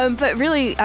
um but really,